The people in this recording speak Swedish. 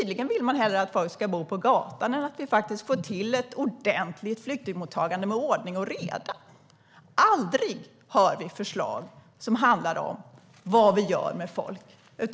De vill tydligen hellre att folk ska bo på gatan än att vi ska få till ett ordentligt flyktingmottagande med ordning och reda. Vi hör aldrig några förslag på vad vi ska göra med folk.